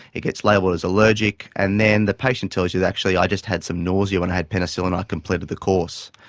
it gets label as allergic, and then the patient tells you that, actually i just had some nausea when i had penicillin, i completed the course.